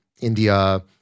India